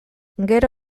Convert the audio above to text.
gero